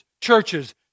churches